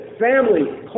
family